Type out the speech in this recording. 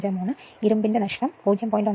153 ഇരുമ്പിന്റെ നഷ്ടം 0